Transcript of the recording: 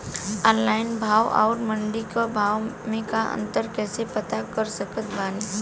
Online भाव आउर मंडी के भाव मे अंतर कैसे पता कर सकत बानी?